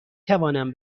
توانم